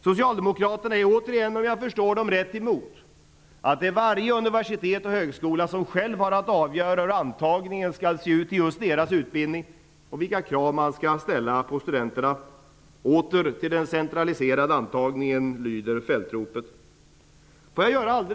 Socialdemokraterna är, om jag förstår dem rätt, emot att varje universitet och högskola själv skall ha att avgöra hur antagningen skall se ut till just sin utbildning och vilka krav man skall ställa på studenterna. Åter till den centraliserade antagningen! lyder fältropet. Herr talman!